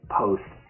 post